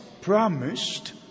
promised